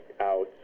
out